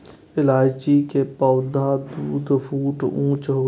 इलायची के पौधा दू फुट ऊंच होइ छै